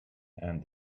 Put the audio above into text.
and